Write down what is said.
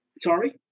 sorry